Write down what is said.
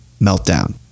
meltdown